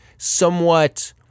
somewhat